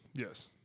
Yes